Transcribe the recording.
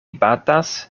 batas